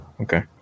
Okay